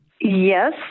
Yes